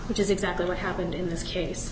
which is exactly what happened in this case